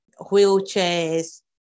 wheelchairs